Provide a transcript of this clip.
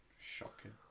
shocking